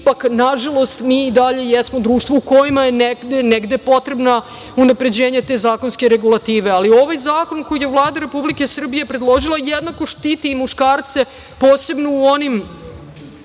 ipak, nažalost, mi i dalje jesmo društvu u kome je negde potrebno unapređenje te zakonske regulative. Ali, ovaj zakon koji je Vlada Republike Srbije predložila jednako štiti i muškarce, posebno u onim